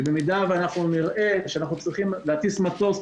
שבמידה ואנחנו נראה שאנחנו צריכים להטיס מטוס,